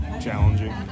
challenging